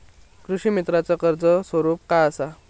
कृषीमित्राच कर्ज स्वरूप काय असा?